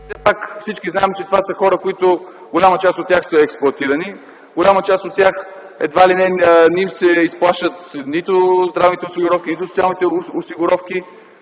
всички знаем, че това са хора, голяма част от които са експлоатирани, на голяма част от тях, едва ли не, не им се изплащат нито здравните осигуровки, нито социалните осигуровки.